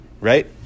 right